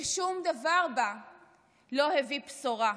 ושום דבר בה לא הביא בשורה.